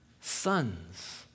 Sons